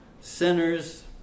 sinners